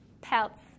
pelts